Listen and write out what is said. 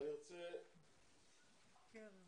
נשמע את קרול